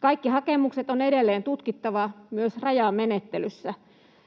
Kaikki hakemukset on edelleen tutkittava myös rajamenettelyssä,